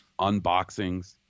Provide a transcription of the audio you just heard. Unboxings